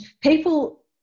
people